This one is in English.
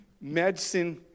Medicine